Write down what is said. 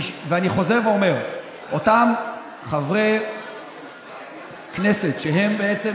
ואני חוזר ואומר: אותם חברי כנסת, שהם בעצם